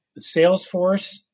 Salesforce